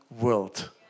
world